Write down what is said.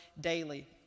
daily